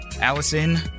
Allison